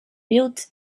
built